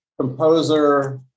composer